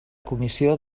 comissió